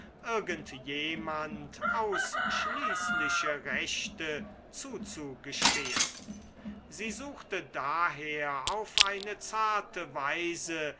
jemand ausschließliche rechte zuzugestehen sie suchte daher auf eine zarte weise